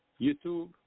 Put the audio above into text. YouTube